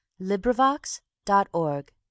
LibriVox.org